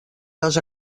les